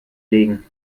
legen